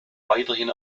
weiterhin